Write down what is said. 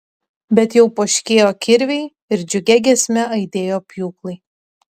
bet jau poškėjo kirviai ir džiugia giesme aidėjo pjūklai